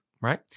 right